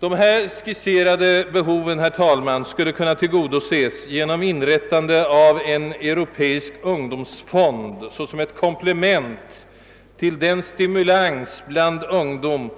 De här skisserade behoven skulle, herr talman, tillgodoses genom inrättande av en europeisk ungdomsfond såsom ett komplement till den stimulans bland ungdom